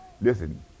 listen